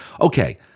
Okay